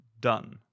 Done